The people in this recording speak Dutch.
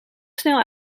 snel